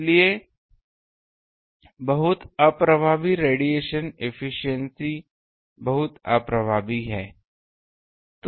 इसलिए बहुत अप्रभावी रेडिएशन एफिशिएंसी बहुत अप्रभावी है